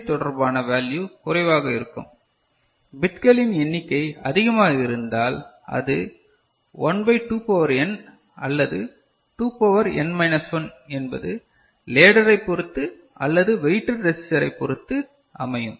B தொடர்பான value குறைவாக இருக்கும் பிட்களின் எண்ணிக்கை அதிகமாக இருந்தால் அது 1 பை 2 பவர் n அல்லது 2 பவர் n மைனஸ் 1 என்பது லேடரை பொருத்து அல்லது வெயிட்டட் ரேசிஸ்டரை பொறுத்து அமையும்